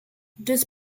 this